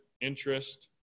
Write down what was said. interest